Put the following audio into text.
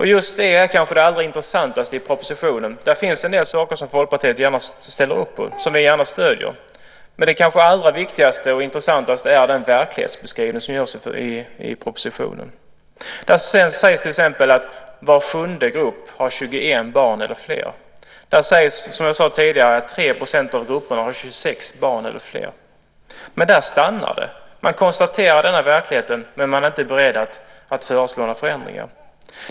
Just det är kanske det allra intressantaste i propositionen. Det finns en del saker som Folkpartiet genast ställer upp på och som vi gärna stöder. Men det kanske allra viktigaste och intressantaste är den verklighetsbeskrivning som görs i propositionen. Det sägs till exempel att var sjunde grupp har 21 barn eller fler. Det sägs, som jag sade tidigare, att 3 % av grupperna har 26 barn eller fler. Men där stannar det. Man konstaterar denna verklighet, men man är inte beredd att föreslå några förändringar.